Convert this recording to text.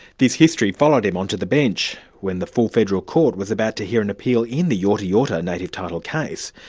this history followed him onto the bench. when the full federal court was about to hear an appeal in the yorta yorta native title case,